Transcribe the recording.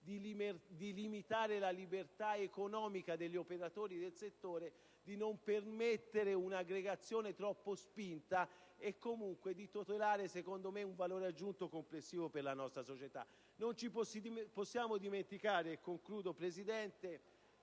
di limitare la libertà economica degli operatori del settore, di non permettere un'aggregazione troppo spinta e comunque di tutelare secondo me un valore aggiunto complessivo per la nostra società. Non ci possiamo dimenticare che ormai